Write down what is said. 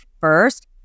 first